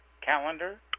Calendar